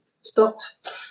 stopped